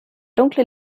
dunkle